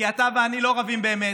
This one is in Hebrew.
כי אתה ואני לא רבים באמת,